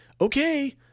okay